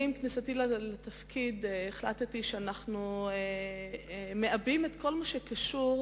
עם כניסתי לתפקיד החלטתי שאנחנו מעבים את כל מה שקשור